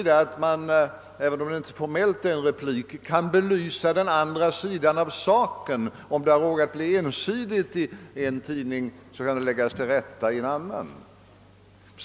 Det behöver inte vara en replik i egentlig mening, men om en fråga blir ensidigt belyst i en tidning, kan förhållandena läggas till rätta i en annan.